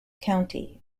county